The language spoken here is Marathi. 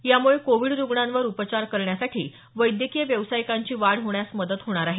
यामुळे कोविड रुग्णावर उपचार करण्यासाठी वैद्यकीय व्यावसायिकांची वाढ होण्यास मदत होणार आहे